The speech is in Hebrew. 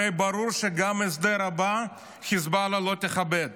הרי ברור שגם את ההסדר הבא חיזבאללה לא תכבד.